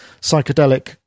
psychedelic